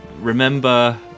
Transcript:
remember